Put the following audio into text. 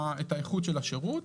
את האיכות של הרשת.